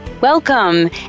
Welcome